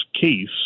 case